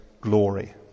glory